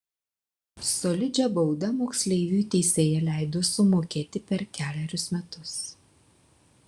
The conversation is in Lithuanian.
solidžią baudą moksleiviui teisėja leido sumokėti per kelerius metus